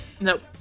Nope